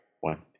One